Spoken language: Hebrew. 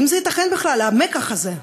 האם זה ייתכן בכלל, המיקח הזה?